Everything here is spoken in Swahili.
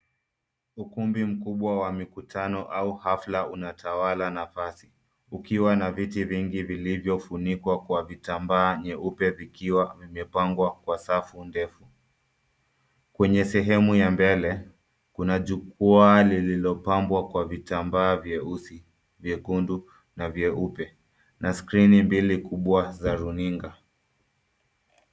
Ukumbi mkubwa wa mikutano au hafla unatawala nafasi ukiwa na viti vingi vilivyofunikwa kwa vitambaa nyeupe vikiwa vimepangwa kwa safu ndefu. Kwenye sehemu ya mbele kuna jukwaa lililopmbwa kwa vitambaa vyeusi, vyekundu na vyeupe na skrini mbili kubwa za runinga.